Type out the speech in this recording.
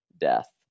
death